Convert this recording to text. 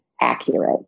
accurate